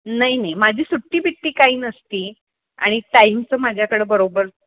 नाही नाही माझी सुट्टी बिट्टी काही नसते आणि टाईमचं माझ्याकडं बरोबर